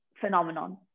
phenomenon